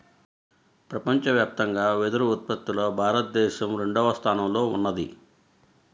ప్రపంచవ్యాప్తంగా వెదురు ఉత్పత్తిలో భారతదేశం రెండవ స్థానంలో ఉన్నది